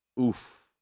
Oof